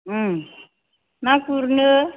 ना गुरनो